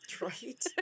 Right